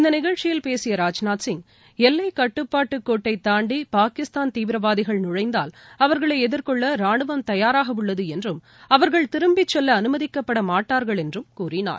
இந்த நிகழ்ச்சியில் பேசிய ராஜநாத் சிங் எல்லைக்கட்டுப்பாட்டுக் கோட்டை தாண்டி பாகிஸ்தான் தீவிரவாதிகள் நுழைந்தால் அவர்களை எதிர்கொள்ள ரானுவம் தயாராக உள்ளது என்றும் அவர்கள் திரும்பிச்செல்ல அனுமதிக்கக்பட மாட்டார்கள் என்றும் கூறினார்